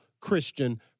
Christian